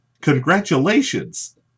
Congratulations